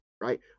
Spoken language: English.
Right